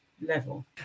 level